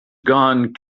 gone